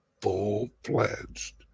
full-fledged